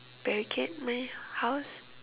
barricade my house